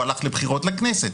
הוא הלך לבחירות לכנסת,